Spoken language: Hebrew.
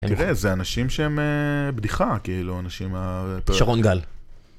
תראה, זה אנשים שהם בדיחה, כאילו, אנשים ה... שרון גל?